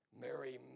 Mary